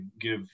give